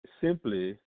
simply